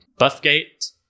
Buffgate